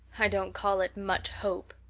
i don't call it much hope,